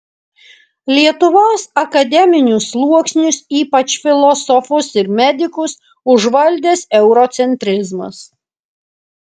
lietuvos akademinius sluoksnius ypač filosofus ir medikus užvaldęs eurocentrizmas